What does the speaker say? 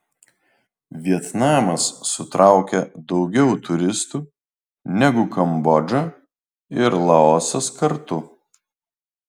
vietnamas sutraukia daugiau turistų negu kambodža ir laosas kartu